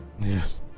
Yes